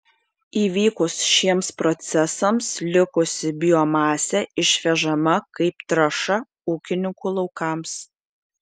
įvykus šiems procesams likusi biomasė išvežama kaip trąša ūkininkų laukams